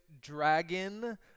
dragon